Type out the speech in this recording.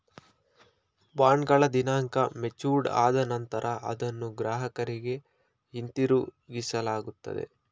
ಬಾಂಡ್ಗಳ ದಿನಾಂಕ ಮೆಚೂರ್ಡ್ ಆದ ನಂತರ ಅದನ್ನ ಗ್ರಾಹಕರಿಗೆ ಹಿಂತಿರುಗಿಸಲಾಗುತ್ತದೆ